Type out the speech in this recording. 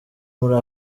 muri